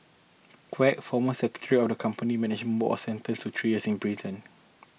Quek former secretary of the company's management board sentenced to three years in prison